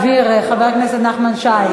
חבל, זו דעתי.